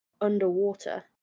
underwater